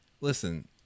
listen